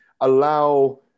allow